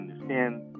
understand